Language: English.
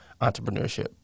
entrepreneurship